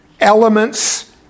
elements